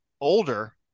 Older